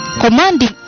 commanding